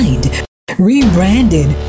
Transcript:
Rebranded